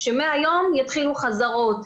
שמהיום יתחילו חזרות,